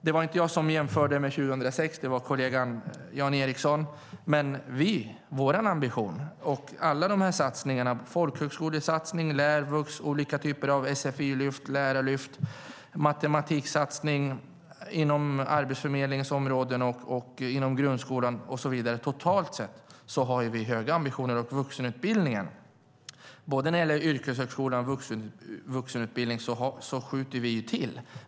Det var inte jag som jämförde med 2006, det var kollegan Jan Ericson. Men när det gäller vår ambition gör vi alla dessa satsningar - folkhögskolesatsning, satsning på lärvux, olika typer av sfi-lyft och lärarlyft, matematiksatsningar inom Arbetsförmedlingens område och inom grundskolan - och totalt sett har vi höga ambitioner. När det gäller vuxenutbildningen - det gäller både yrkeshögskolan och annan vuxenutbildning - skjuter vi till medel.